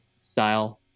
style